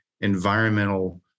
environmental